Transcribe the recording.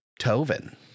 Tovin